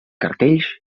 cartells